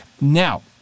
Now